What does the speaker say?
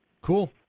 Cool